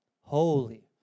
Holy